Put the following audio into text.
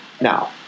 Now